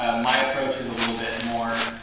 ah my approach is a little bit more